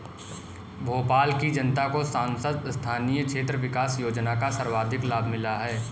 भोपाल की जनता को सांसद स्थानीय क्षेत्र विकास योजना का सर्वाधिक लाभ मिला है